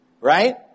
Right